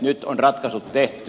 nyt on ratkaisut tehty